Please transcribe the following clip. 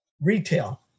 Retail